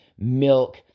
milk